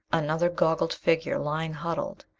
another goggled figure lying huddled.